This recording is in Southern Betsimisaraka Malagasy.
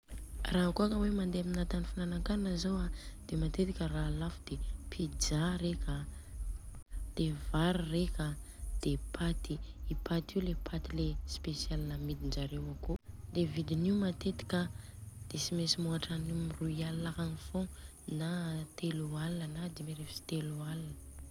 Rakôa ka hoe mandeha amina tany fihinan-kanina zô a de matetika ra lafo de pizza reka de vary reka de paty. I Paty io le paty le spécial amidinjareo akô, de vidinio matetika a de tsy mentsy mihotran'y roy aligna akagny fogna na telo aligna na dimy arivo sy teloaligna.